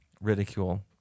ridicule